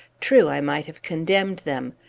true, i might have condemned them.